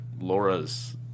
Laura's